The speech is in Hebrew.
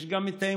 יש גם האמונה,